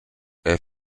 est